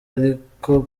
ariko